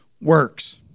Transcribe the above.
works